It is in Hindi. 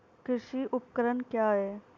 कृषि उपकरण क्या है?